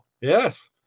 Yes